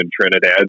Trinidad